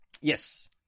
Yes